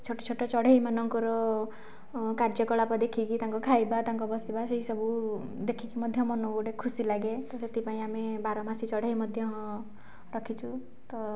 ଛୋଟ ଛୋଟ ଚଢ଼େଇ ମାନଙ୍କର କାର୍ଯ୍ୟକଳାପ ଦେଖିକି ତାଙ୍କ ଖାଇବା ତାଙ୍କ ବସିବା ସେଇ ସବୁ ଦେଖିକି ମଧ୍ୟ ମନକୁ ଗୋଟେ ଖୁସି ଲାଗେ ତ ସେଥିପାଇଁ ଆମେ ବାରମାସୀ ଚଢ଼େଇ ମଧ୍ୟ ରଖିଛୁ ତ